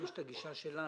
יש את הגישה שלה,